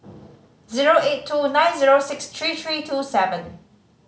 zero eight two nine zero six three three two seven